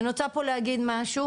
ואני רוצה פה להגיד משהו,